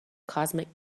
cosmic